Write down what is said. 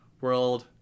world